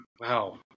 wow